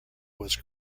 was